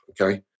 okay